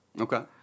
okay